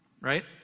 right